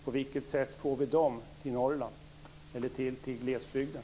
På vilket sätt får vi dem till Norrland eller till glesbygden?